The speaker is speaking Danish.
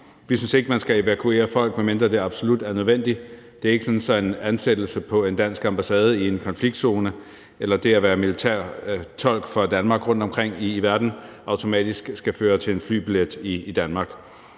Vi synes ikke, man skal evakuere folk, medmindre det er absolut nødvendigt. Det er ikke sådan, at en ansættelse på en dansk ambassade i en konfliktzone eller det at være militær tolk for Danmark rundtomkring i verden automatisk skal føre til en flybillet til Danmark.